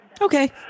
Okay